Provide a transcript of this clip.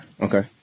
Okay